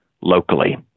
locally